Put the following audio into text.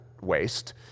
waste